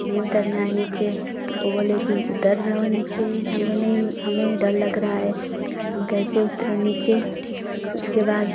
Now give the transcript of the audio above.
नहीं उतरना है नीचे तो वो बोले कि उतर जाओ नीचे त हम बोले नहीं हमें डर लग रहा है हम कैसे उतरे नीचे उसके बाद